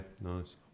nice